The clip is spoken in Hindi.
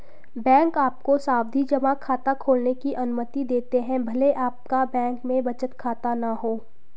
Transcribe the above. बैंक आपको सावधि जमा खाता खोलने की अनुमति देते हैं भले आपका बैंक में बचत खाता न हो